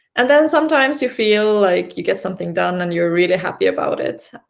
and then sometimes you feel like you get something done, and you're really happy about it,